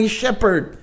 shepherd